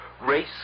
race